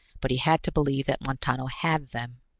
but he had to believe that montano had them.